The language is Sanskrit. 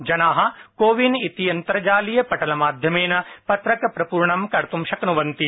जना कोविन इति अंतर्जातीयपटलमाध्यमेन पत्रकप्रपूरणं कत्त् शक्न्वन्ति